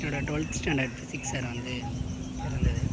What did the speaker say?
என்னோடய twelfth standard physics sir வந்து இறந்தது